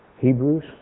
Hebrews